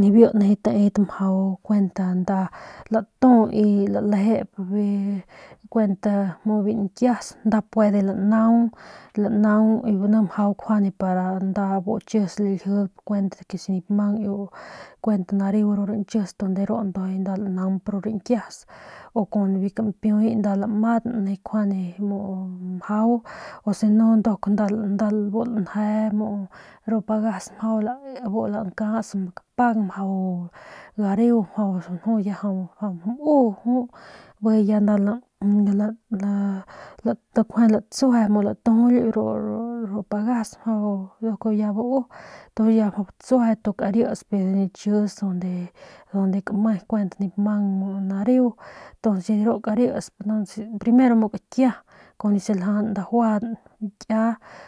nibiu nijiy tedat mjau kuent nda latu y lalejep kuent biu nkias nda puede lanaung lanaung ni puede nda bu chis laljidp si nip mang nareu ru ranchis de ru ndujuy nda lanaung ru rankias u kunbiu kampiuy nda lamang nijiy nkjuande mjau u si no nduk nda bu lanje muu ru pagas bu lankas kapang mjau gareu nju ya mjau muu jut bijiy ya nda la la la latsueje latujuly ru pagas nduk ya bau tu ya mjau batsueje ya kiris biu nichis unde kame kuent nip mang nareu ntuns nibiu karisp primero kakia kun biu saljajan dajuajan mikia.